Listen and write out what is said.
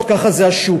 ככה זה השוק.